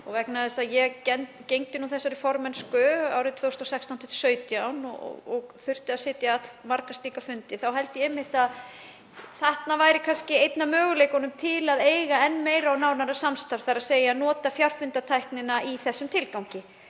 Vegna þess að ég gegndi formennsku árin 2016–2017, og þurfti að sitja allmarga slíka fundi, þá held ég einmitt að þarna væri kannski einn af möguleikunum til að eiga enn meira og nánara samstarf, þ.e. að nota fjarfundatæknina í þessum tilgangi.